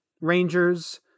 Rangers